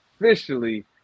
officially